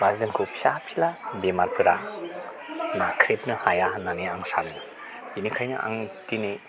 एबा जोंखौ फिसा फिसा बेमारफोरा नाख्रेबनो हाया होननानै आं सानो बिनिखायनो आं दिनै